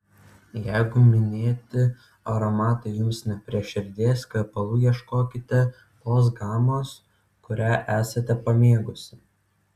jeigu minėti aromatai jums ne prie širdies kvepalų ieškokite tos gamos kurią esate pamėgusi